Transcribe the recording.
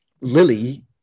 Lily